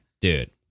Dude